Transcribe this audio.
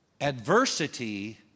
Adversity